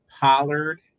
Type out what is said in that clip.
Pollard